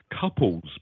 couples